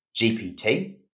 GPT